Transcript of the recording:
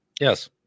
Yes